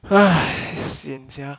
sian sia